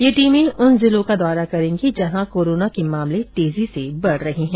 ये टीमें उन जिलों का दौरा करेगी जहां कोरोना के मामले तेजी से बढ़ रहे हैं